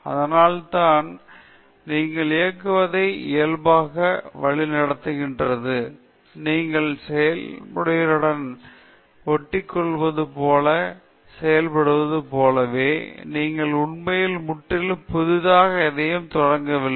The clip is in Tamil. அதனால் தான் நீங்கள் இயங்குவதை இயல்பாக வழிநடத்துகிறது நீங்கள் செயல்முறையுடன் ஒட்டிக்கொள்வதைப் போல் செயல்படுவது போலவே நீங்கள் உண்மையில் முற்றிலும் புதிதாக எதையும் தொடங்கவில்லை